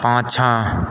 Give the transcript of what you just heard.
पाछाँ